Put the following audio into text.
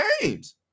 games